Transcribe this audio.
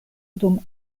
dum